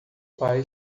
pai